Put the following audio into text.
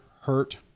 hurt